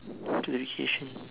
education